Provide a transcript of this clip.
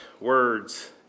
words